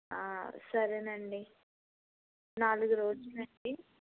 సరేనండి నాలుగు రోజులండి